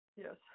Yes